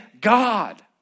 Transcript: God